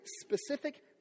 specific